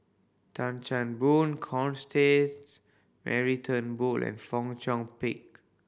Tan Chan Boon Mary Turnbull and Fong Chong Pik